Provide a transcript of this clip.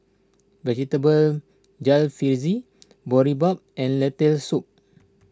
Vegetable Jalfrezi Boribap and Lentil Soup